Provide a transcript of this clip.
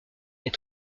est